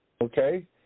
Okay